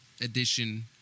edition